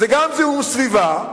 זה גם זיהום סביבה,